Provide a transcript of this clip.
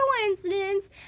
coincidence